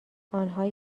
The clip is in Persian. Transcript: آنهایی